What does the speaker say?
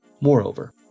Moreover